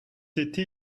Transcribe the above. été